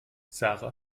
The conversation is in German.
sara